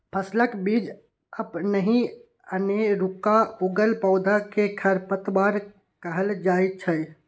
फसलक बीच अपनहि अनेरुआ उगल पौधा कें खरपतवार कहल जाइ छै